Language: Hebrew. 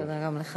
תודה גם לך.